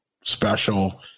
special